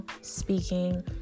speaking